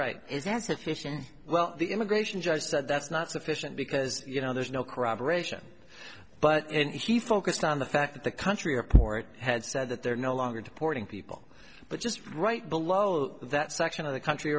right is that sufficient well the immigration judge said that's not sufficient because you know there's no corroboration but and he focused on the fact that the country or court had said that they're no longer deporting people but just right below that section of the country